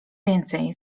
więcej